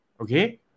okay